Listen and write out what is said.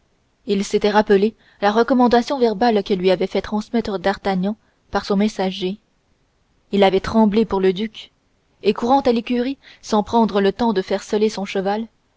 il s'était rappelé la recommandation verbale que lui avait fait transmettre d'artagnan par son messager il avait tremblé pour le duc et courant à l'écurie sans prendre le temps de faire seller son cheval